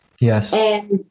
Yes